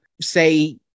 say